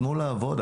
תנו לעבוד,